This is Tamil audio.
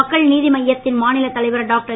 மக்கள் நீதி மய்யத்தின் மாநிலத் தலைவர் டாக்டர்